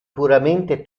puramente